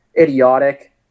idiotic